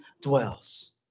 Dwells